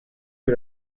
que